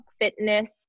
fitness